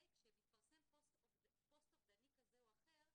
כשמתפרסם פוסט אובדני כזה או אחר,